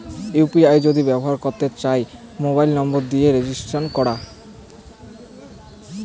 UPI যদি ব্যবহর করতে চাই, মোবাইল নম্বর দিয়ে রেজিস্টার করাং